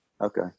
Okay